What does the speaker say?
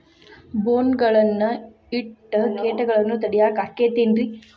ಬೋನ್ ಗಳನ್ನ ಇಟ್ಟ ಕೇಟಗಳನ್ನು ತಡಿಯಾಕ್ ಆಕ್ಕೇತೇನ್ರಿ?